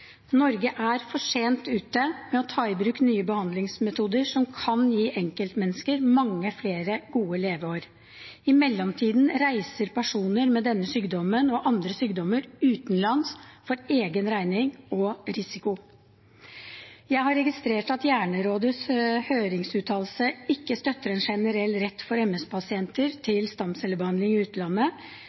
Norge er for sent ute med å ta i bruk nye behandlingsmetoder som kan gi enkeltmennesker mange flere gode leveår. I mellomtiden reiser personer med denne sykdommen, og andre sykdommer, utenlands for egen regning og risiko. Jeg har registrert at Hjernerådets høringsuttalelse ikke støtter en generell rett for MS-pasienter til stamcellebehandling i utlandet,